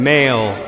Male